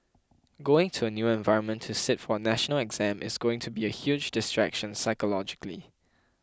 going to a new environment to sit for a national exam is going to be a huge distraction psychologically